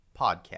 podcast